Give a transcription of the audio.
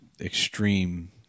extreme